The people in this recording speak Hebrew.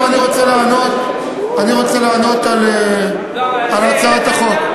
ואני רוצה לענות על הצעת החוק.